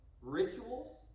Rituals